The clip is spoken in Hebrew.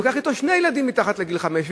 והוא לוקח אתו שני ילדים מתחת לגיל חמש?